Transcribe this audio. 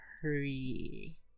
three